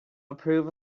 approve